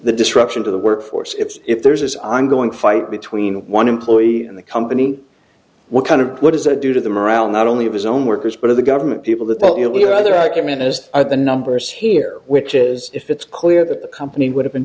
the disruption to the workforce if there's ongoing fight between one employee and the company what kind of what does that do to the morale not only of his own workers but of the government people that the elite either argument is are the numbers here which is if it's clear that the company would have